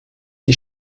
die